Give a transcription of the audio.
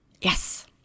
yes